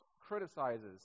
criticizes